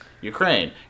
Ukraine